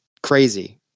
Crazy